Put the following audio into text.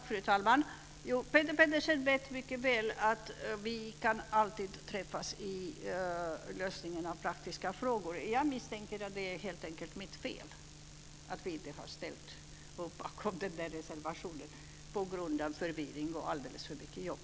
Fru talman! Peter Pedersen vet mycket väl att vi alltid kan mötas i lösningen av praktiska frågor. Jag misstänker att det helt enkelt är mitt fel att vi inte har ställt upp bakom reservationen, på grund av förvirring och alldeles för mycket jobb.